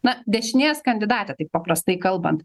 na dešinės kandidatė taip paprastai kalbant